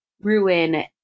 ruin